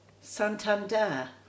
Santander